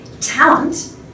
talent